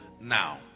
now